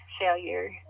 failure